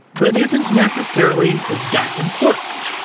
but isn't necessarily that important.